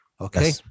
Okay